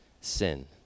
sin